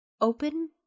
open